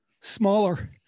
smaller